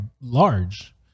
large